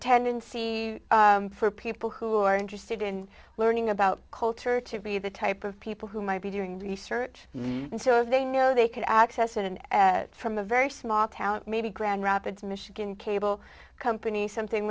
tendency for people who are interested in learning about culture to be the type of people who might be doing research and so if they know they can access it and at from a very small town maybe grand rapids michigan cable company something